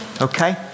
Okay